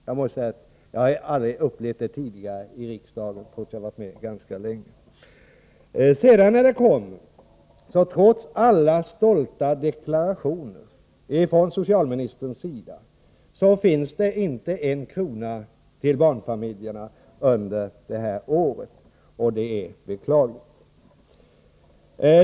Jag måste säga att jag aldrig har upplevt det tidigare i riksdagen, trots att jag har varit med ganska länge. När propositionen kom fann vi att det, trots alla stolta deklarationer från socialministerns sida, inte anslås en krona till barnfamiljerna under detta år, och det är beklagligt.